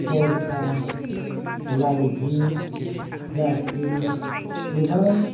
थर्खा लाइग्रिद जाबख्रिं गोबां